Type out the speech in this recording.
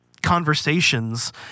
conversations